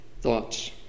thoughts